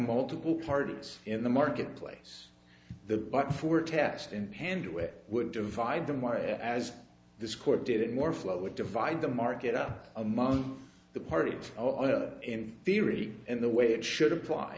multiple cards in the marketplace the but for test and hand with would divide them why as this court did it more flow would divide the market up among the party in theory and the way it should apply